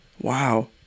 Wow